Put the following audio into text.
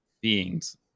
beings